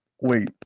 wait